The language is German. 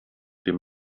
dem